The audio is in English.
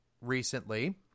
recently